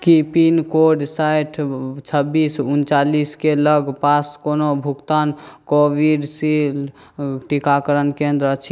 कि पिनकोड साठि छब्बीस उनचालिसके लगपास कोनो भुगतान कोविशील्ड टीकाकरण केन्द्र अछि